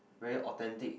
very authentic